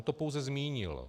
On to pouze zmínil.